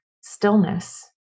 stillness